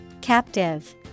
Captive